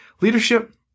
leadership